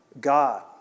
God